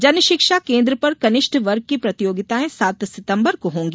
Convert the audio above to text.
जनशिक्षा केन्द्र पर कनिष्ठ वर्ग की प्रतियोगिताएं सात सितम्बर को होंगी